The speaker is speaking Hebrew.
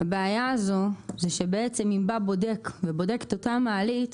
הבעיה הזו, שבעצם אם בא בודק ובודק את אותה מעלית,